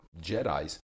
Jedis